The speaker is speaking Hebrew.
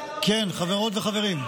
חברות וחברים,